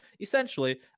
essentially